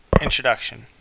Introduction